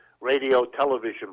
radio-television